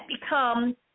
become